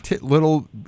little